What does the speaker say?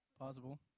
possible